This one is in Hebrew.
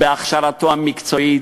הכשרתו המקצועית,